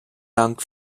dank